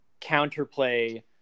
counterplay